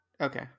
okay